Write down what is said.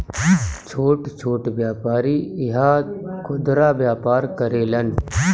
छोट छोट व्यापारी इहा खुदरा व्यापार करेलन